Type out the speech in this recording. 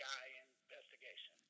investigation